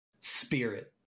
Spirit